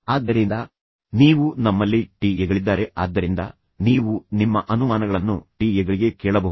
ಆದ್ದರಿಂದ ನೀವು ನಮ್ಮಲ್ಲಿ ಟಿಎ ಗಳಿದ್ದಾರೆ ಆದ್ದರಿಂದ ನೀವು ನಿಮ್ಮ ಅನುಮಾನಗಳನ್ನು ಟಿಎ ಗಳಿಗೆ ಕೇಳಬಹುದು